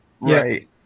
Right